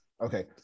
Okay